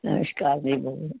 ਨਮਸਕਾਰ ਜੀ